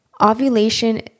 ovulation